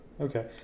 okay